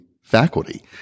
faculty